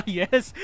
yes